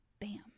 bam